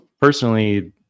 personally